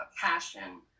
passion